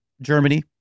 Germany